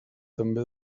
també